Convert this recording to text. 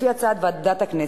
לפי הצעת ועדת הכנסת,